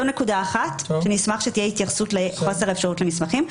זו נקודה אחת שאני אשמח שתהיה התייחסות לגבי חוסר האפשרות בהשגת מסמכים.